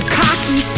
cocky